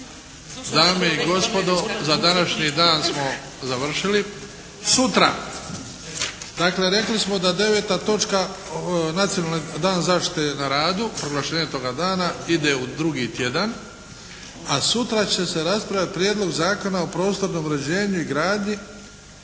Dame i gospodo! Za današnji dan smo završili. Sutra dakle rekli smo da 9. točka Nacionalni dan zaštite na radu, proglašenje toga dana ide u drugi tjedan. A sutra će se raspravljati Prijedlog zakona o prostornom uređenju i gradnji,